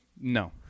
no